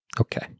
Okay